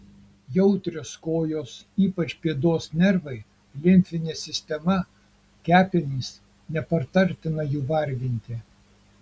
jautrios kojos ypač pėdos nervai limfinė sistema kepenys nepatartina jų varginti